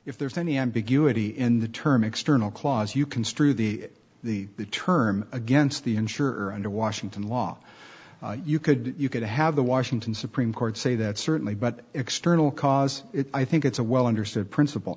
if there's any ambiguity in the term external clause you construe the the the term against the insurer and a washington law you could you could have the washington supreme court say that certainly but external cause i think it's a well understood princip